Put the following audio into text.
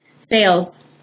sales